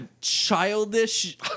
childish